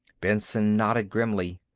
benson nodded grimly.